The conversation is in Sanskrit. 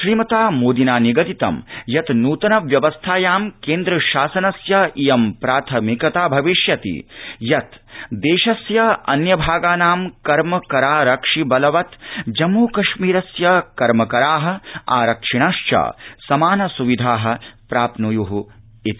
श्रीमता मोदिना निगदितं यत् नृतन व्यवस्थायां केन्द्र शासनस्य इयं प्राथमिकता भविष्यति यत् देशस्य अन्य भागानां कर्मकरारक्षिबलवत् जम्मुकश्मीरस्य कर्मकरा आरक्षिणश्च समान सुविधा प्राप्न्यूरिति